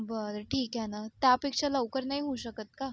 बरं ठीक आहे ना त्यापेक्षा लवकर नाही होऊ शकत का